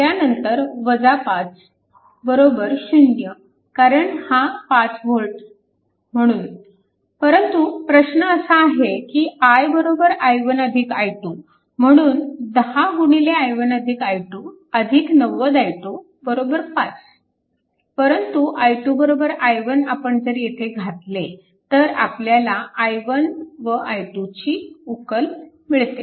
त्यानंतर 5 0 कारण हा 5V म्हणून परंतु प्रश्न असा आहे की i i1 i2 म्हणून 10 i1 i2 90 i2 5 परंतु i2 i1 आपण जर येथे घातले तर आपल्याला i1 व i2 ची उकल मिळते